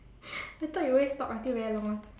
I thought you always talk until very long [one]